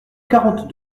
quarante